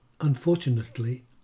Unfortunately